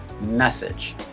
message